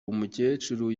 umukecuru